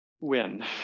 win